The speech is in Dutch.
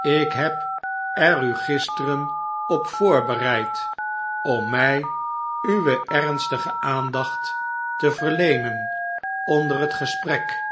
ik heb er u gisteren op voorbereid om mij uwe ernstige aandacht te verleenen onder het gesprek